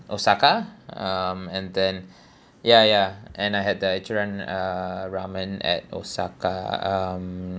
osaka um and then ya ya and I had the Ichiran uh Ramen at osaka um